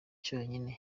cyonyine